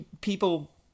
people